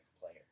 player